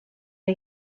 are